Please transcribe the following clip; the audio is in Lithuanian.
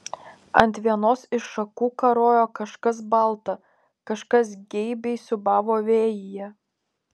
ant vienos iš šakų karojo kažkas balta kažkas geibiai siūbavo vėjyje